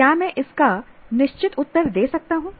क्या मैं इसका निश्चित उत्तर दे सकता हूं